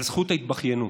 על זכות ההתבכיינות.